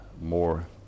more